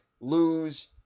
lose